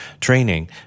training